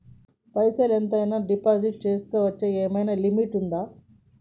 పైసల్ ఎంత అయినా డిపాజిట్ చేస్కోవచ్చా? ఏమైనా లిమిట్ ఉంటదా?